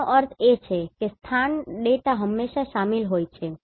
તેનો અર્થ એ કે સ્થાન ડેટા હંમેશા શામેલ હોય છે